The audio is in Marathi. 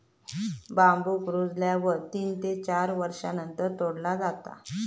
बांबुक रुजल्यावर तीन ते चार वर्षांनंतर तोडला जाता